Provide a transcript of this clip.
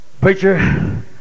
Preacher